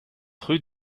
rue